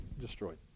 destroyed